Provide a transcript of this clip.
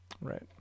Right